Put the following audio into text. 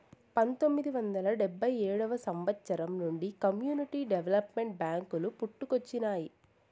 పంతొమ్మిది వందల డెబ్భై ఏడవ సంవచ్చరం నుండి కమ్యూనిటీ డెవలప్మెంట్ బ్యేంకులు పుట్టుకొచ్చినాయి